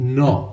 no